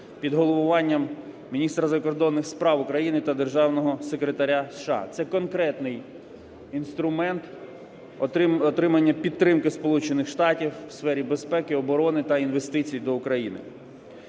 під головуванням міністра закордонних справ України та державного секретаря США. Це конкретний інструмент отримання підтримки Сполучених Штатів у сфері безпеки, оборони та інвестицій до України.